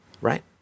Right